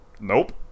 Nope